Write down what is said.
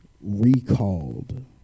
recalled